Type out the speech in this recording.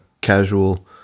casual